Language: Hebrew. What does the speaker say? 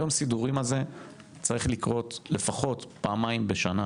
היום סידורים הזה צריך לקרות לפחות פעמיים בשנה